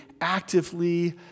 actively